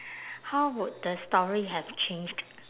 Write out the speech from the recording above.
how would the story have changed